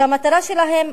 שהמטרה שלהם